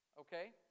Okay